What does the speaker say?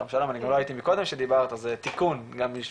אני גם לא הייתי קודם שדיברת אז זה תיקון גם מבחינתי.